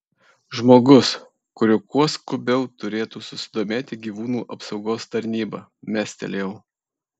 žmogus kuriuo kuo skubiau turėtų susidomėti gyvūnų apsaugos tarnyba mestelėjau